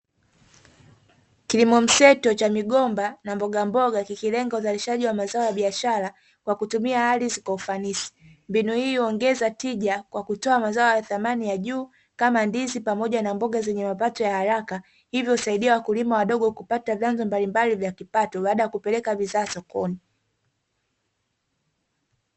Kilimo mseto cha migomba na mbogamboga kikilenga uzalishaji wa mazao ya biashara kwa kutumia ardhi kwa ufanisi, mbinu hii huongeza tija kwa kutoa mazao ya thamani ya juu kama ndizi pamoja na mboga zenye mapato ya haraka, hivyo husaidia wakulima wadogo kupata vyanzo mbalimbali vya kipato baada ya kupeleka bidhaa sokoni.